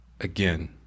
again